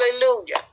Hallelujah